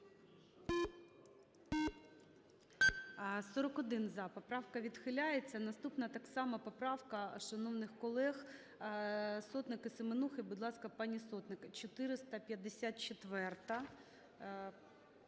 За-41 Поправка відхиляється. Наступна - так само поправка шановних колег Сотник і Семенухи. Будь ласка, пані Сотник, 454-а.